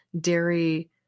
dairy